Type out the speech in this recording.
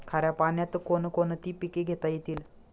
खाऱ्या पाण्यात कोण कोणती पिके घेता येतील?